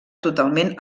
totalment